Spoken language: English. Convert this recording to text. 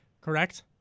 Correct